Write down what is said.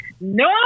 No